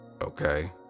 Okay